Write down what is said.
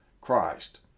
Christ